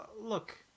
look